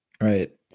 Right